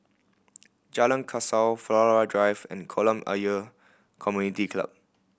Jalan Kasau Flora Drive and Kolam Ayer Community Club